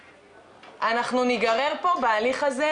אנחנו נגרר פה בהליך הזה,